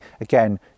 again